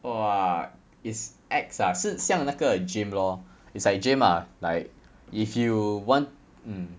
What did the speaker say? !wah! it's ex ah 是像那个 gym lor it's like gym ah but if you want mm